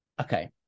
Okay